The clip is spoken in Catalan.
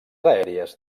aèries